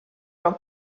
from